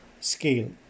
scale